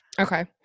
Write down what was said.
Okay